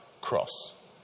cross